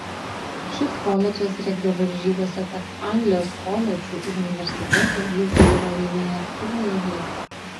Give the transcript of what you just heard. šis koledžas regbio varžybose tarp anglijos koledžų ir universitetų lygų yra laimėjęs pirmąją vietą